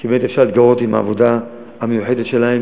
כי באמת אפשר להתגאות בעבודה המיוחדת שלהם.